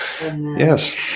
Yes